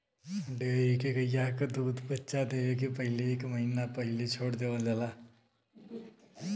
dairy के गइया क दूध बच्चा देवे के पहिले एक महिना पहिले छोड़ देवल जाला